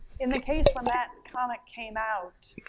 in the case when that comic came out,